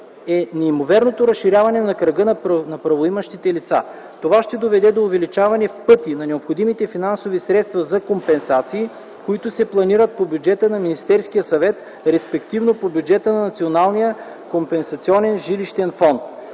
е неимоверното разширяване на кръга на правоимащите лица. Това ще доведе до увеличаване в пъти на необходимите финансови средства за компенсации, които се планират по бюджета на Министерския съвет, респективно по бюджета на Националния компенсационен жилищен фонд.